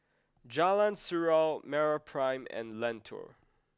Jalan Surau MeraPrime and Lentor